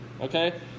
okay